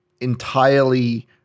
entirely